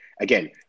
Again